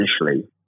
initially